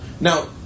Now